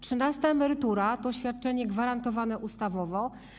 Trzynasta emerytura to świadczenie gwarantowane ustawowo.